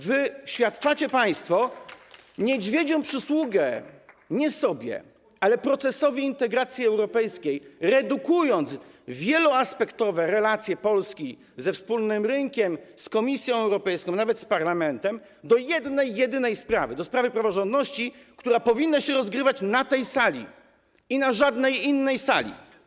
Wyświadczacie państwo niedźwiedzią przysługę nie sobie, ale procesowi integracji europejskiej, redukując wieloaspektowe relacje Polski ze wspólnym rynkiem, z Komisją Europejską, a nawet z Parlamentem do jednej, jedynej sprawy - do sprawy praworządności, która powinna się rozgrywać na tej sali i na żadnej innej sali.